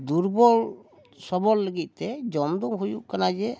ᱫᱩᱨᱵᱚᱞ ᱥᱚᱵᱚᱞ ᱞᱟᱹᱜᱤᱫ ᱛᱮ ᱡᱚᱢ ᱫᱚ ᱦᱩᱭᱩᱜ ᱠᱟᱱᱟ ᱡᱮ